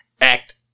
act